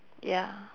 ya